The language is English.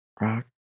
Rock